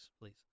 please